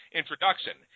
introduction